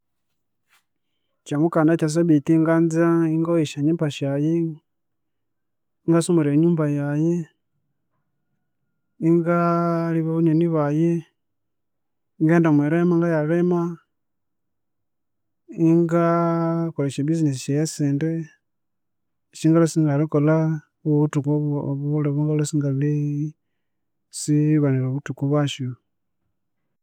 Kyamukagha nakyasabithi nganza ingoya esyangyimba syayi, ingasumura enyumba yayi, ingalebya banyonyi bayi, ingenda omwirima ingayalima, ingakole esyabusiness syayi esindi syangalwe esingalikolha obuthuku obulhi obwangalwe isingali sibanira obuthuku bwasyu